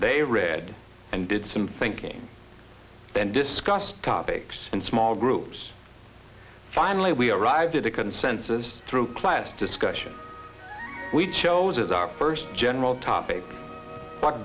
they read and did some thinking then discuss topics in small groups finally we arrived at a consensus through class discussion we chose our first general topic